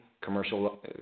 commercial